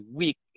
weak